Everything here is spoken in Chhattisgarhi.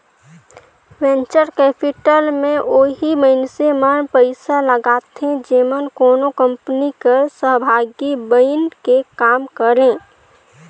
वेंचर कैपिटल में ओही मइनसे मन पइसा लगाथें जेमन कोनो कंपनी कर सहभागी बइन के काम करें